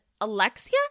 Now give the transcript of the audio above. Alexia